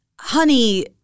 honey